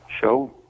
Show